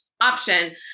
option